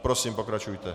Prosím, pokračujte.